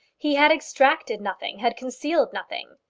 he had extracted nothing, had concealed nothing.